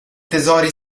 tesori